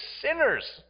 sinners